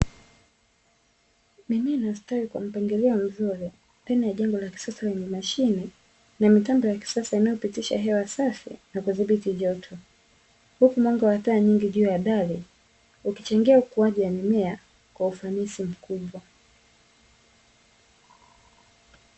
Mimea inastawi kwa mpangilio mzuri ndani ya jengo la kisasa, lenye mashine na mitambo ya kisasa inayopitisha hewa safi na kudhibiti joto, huku mwanga wa taa nyingi juu ya dari ukichangia ukuaji wa mimea kwa ufanisi mkubwa.